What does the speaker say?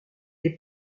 les